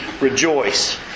Rejoice